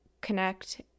connect